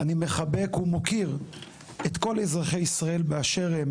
אני מחבק ומוקיר את כל אזרחי ישראל באשר הם,